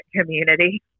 community